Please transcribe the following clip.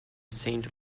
saint